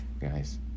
guys